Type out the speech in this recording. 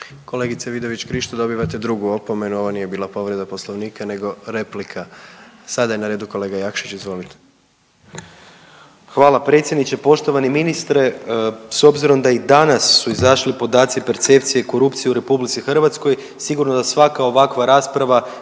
Kolegice Vidović Krišto dobivate drugu opomenu, ovo nije bila povreda poslovnika nego replika. Sada je na redu kolega Jakšić, izvolite **Jakšić, Mišel (SDP)** Hvala predsjedniče. Poštovani ministre. S obzirom da i danas su izašli podaci percepcije korupcije u RH, sigurno da svaka ovakva rasprava